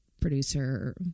producer